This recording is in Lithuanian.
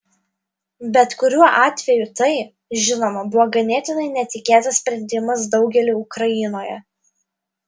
bet kuriuo atveju tai žinoma buvo ganėtinai netikėtas sprendimas daugeliui ukrainoje